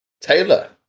Taylor